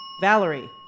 Valerie